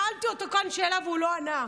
שאלתי אותו כאן שאלה והוא לא ענה.